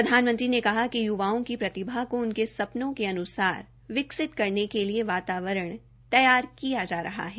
प्रधानमंत्री ने कहा कि य्वाओं की प्रतिभा को उनके सपनों के अन्सार विकसित करने के लिए वातावरण तैयार किया जा रहा है